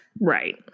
Right